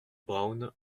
braun